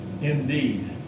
indeed